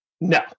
no